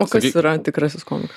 o kas yra tikrasis komikas